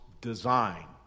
design